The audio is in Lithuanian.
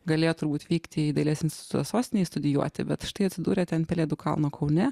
galėjot turbūt vykti į dailės institutą sostinėj studijuoti bet štai atsidūrėte ant pelėdų kalno kaune